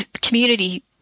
community